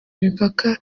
imipaka